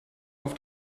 auf